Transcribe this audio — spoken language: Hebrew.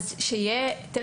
שאיש הקשר